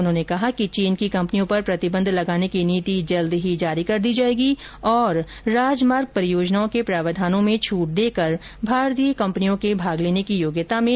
उन्होंने कहा कि चीन की कंपनियों पर प्रतिबंध लगाने की नीति जल्द ही जारी की जायेगी और राजमार्ग परियोजनाओं के प्रावधानों में छूट देकर भारतीय कंपनियों के भाग लेने की योग्यता में वृद्धि की जाएगी